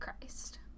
Christ